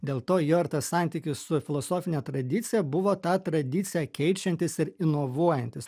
dėl to jo ir tas santykis su filosofine tradicija buvo tą tradiciją keičiantis ir inovuojantis